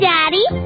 Daddy